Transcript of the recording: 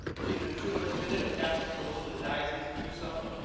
she has been superintendent of catholic schools for the diocese of tucson,